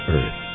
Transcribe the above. Earth